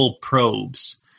probes